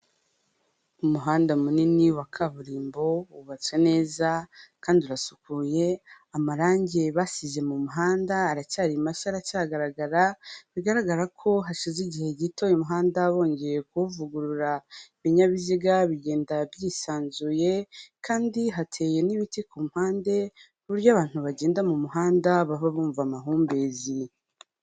Umuhanda munini wa kaburimbo wubatse neza kandi urasukuye, amarangi basize mu muhanda aracyari mashya aracyagaragara, bigaragara ko hashize igihe gito uyu muhanda bongeye kuwuvugurura, ibinyabiziga bigenda byisanzuye kandi hateye n'ibiti ku mpande buryo abantu bagenda mu muhanda baba bumva amahumbezi.